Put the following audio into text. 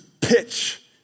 pitch